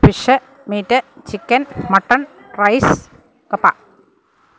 fish meat chicken mutton rice കപ്പ